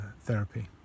therapy